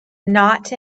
not